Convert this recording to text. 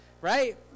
right